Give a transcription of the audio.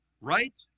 Right